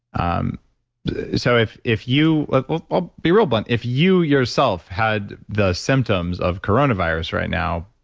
um so, if if you. like i'll be real blunt, if you yourself had the symptoms of coronavirus right now,